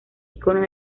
iconos